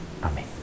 Amen